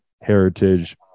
heritage